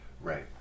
right